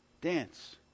Dance